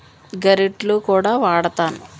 గరిటలు కూడా వాడతాను